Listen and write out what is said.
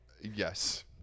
yes